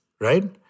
right